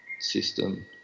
system